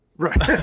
Right